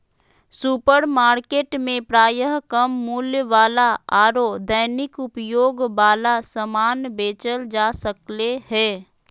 supermarket में प्रायः कम मूल्य वाला आरो दैनिक उपयोग वाला समान बेचल जा सक्ले हें